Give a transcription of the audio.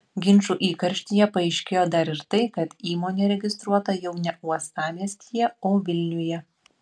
ginčų įkarštyje paaiškėjo dar ir tai kad įmonė registruota jau ne uostamiestyje o vilniuje